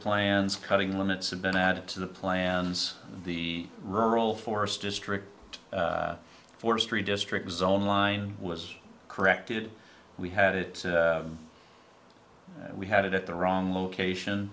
plans cutting limits have been added to the plans the rural forest district forestry district zone line was corrected we had it we had it at the wrong location